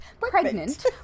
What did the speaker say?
Pregnant